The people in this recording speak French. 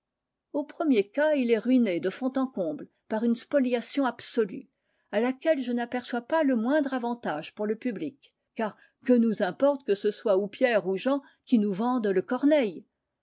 au premier cas il est ruiné de fond en comble par une spoliation absolue à laquelle je n'aperçois pas le moindre avantage pour le public car que nous importe que ce soit ou pierre ou jean qui nous vende le corneille